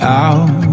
out